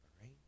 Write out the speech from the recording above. right